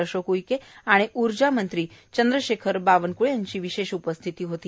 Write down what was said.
अशोक उईके आणि ऊर्जा मंत्री चंद्रशेखर बावनकुळे आदी उपस्थित होते